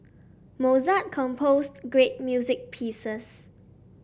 Mozart composed great music pieces